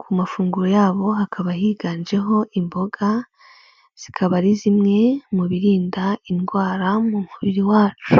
ku mafunguro yabo hakaba higanjeho imboga, zikaba ari zimwe mu birinda indwara mu mubiri wacu.